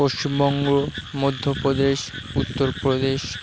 Paschimbanga Madhya Pradesh Uttar Pradesh